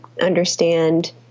understand